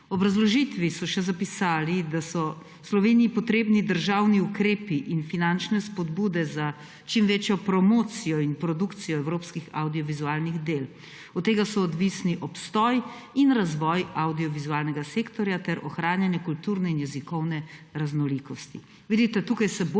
obrazložitvi so še zapisali, da so v Sloveniji potrebni državni ukrepi in finančne spodbude za čim večjo promocijo in produkcijo evropskih avdiovizualnih del. Od tega so odvisni obstoj in razvoj avdiovizualnega sektorja ter ohranjanje kulturne in jezikovne raznolikosti.